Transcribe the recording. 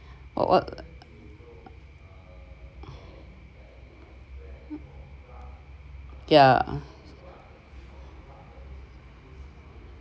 what yeah